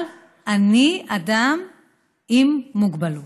אבל אני אדם עם מוגבלות.